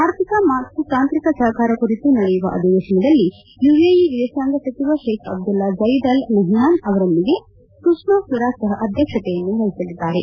ಆರ್ಥಿಕ ಮತ್ತು ತಾಂತ್ರಿಕ ಸಹಕಾರ ಕುರಿತು ನಡೆಯುವ ಅಧಿವೇಶನದಲ್ಲಿ ಯುಎಇ ವಿದೇಶಾಂಗ ಸಚಿವ Sheikh Abdullah Zayed Al Nahyan ಅವರೊಂದಿಗೆ ಸುಷ್ಪಾಸ್ತರಾಜ್ ಸಹ ಅಧ್ಯಕ್ಷತೆಯನ್ನು ವಹಿಸಲಿದ್ದಾರೆ